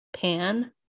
pan